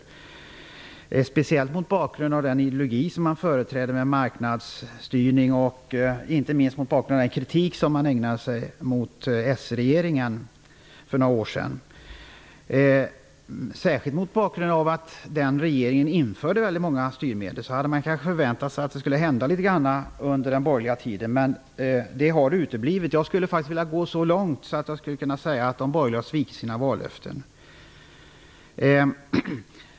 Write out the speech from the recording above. Detta är speciellt mot bakgrund av den ideologi som regeringen företräder med marknadsstyrning och inte minst av den kritik som de borgerliga ägnade sig åt mot s-regeringen för några år sedan. Mot bakgrund av att s-regeringen införde många styrmedel hade man kunnat förvänta sig att det skulle hända litet grand under den borgerliga tiden. Men saker och ting har uteblivit. Jag kan gå så långt som att säga att de borgerliga har svikit sina vallöften.